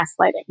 gaslighting